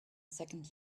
second